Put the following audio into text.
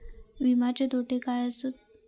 विमाचे तोटे काय आसत?